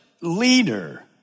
leader